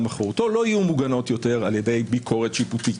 וחירותו לא יהיו מוגנות יותר על ידי ביקורת שיפוטית.